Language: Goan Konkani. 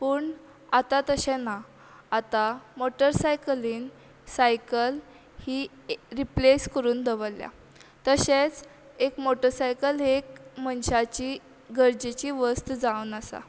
पूण आतां तशें ना आतां मोटरसायकलीन सायकल ही ए रिप्लेस करून दवरल्या तशेंच एक मोटसायकल ही एक मनशाची गरजेची वस्त जावन आसा